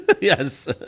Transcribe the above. Yes